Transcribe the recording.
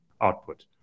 output